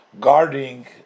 guarding